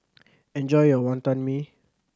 enjoy your Wonton Mee